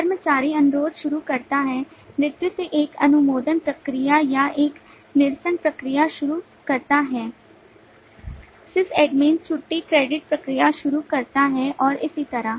कर्मचारी अनुरोध शुरू करता है नेतृत्व एक अनुमोदन प्रक्रिया या एक निरसन प्रक्रिया शुरू करता है sysadmin छुट्टी क्रेडिट प्रक्रिया शुरू करता है और इसी तरह